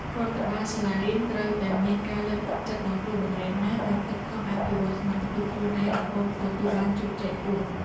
រដ្ឋបាលសាលារៀនត្រូវតែមានការលើកទឹកចិត្តដល់គ្រូបង្រៀនណាដែលខិតខំអភិវឌ្ឍសមត្ថភាពខ្លួនឯងរហូតទទួលបានជោគជ័យខ្ពស់។